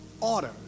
order